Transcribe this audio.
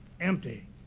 empty